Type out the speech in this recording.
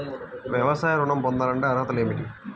వ్యవసాయ ఋణం పొందాలంటే అర్హతలు ఏమిటి?